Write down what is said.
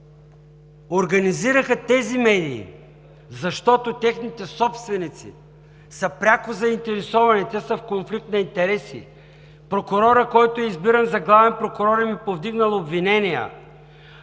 …организираха медиите, защото техните собственици са пряко заинтересовани, те са в конфликт на интереси. Прокурорът, който е избиран за главен прокурор, им е повдигнал обвинения,